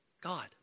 God